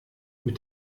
mit